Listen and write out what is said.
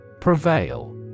Prevail